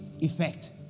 effect